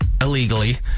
illegally